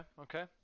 okay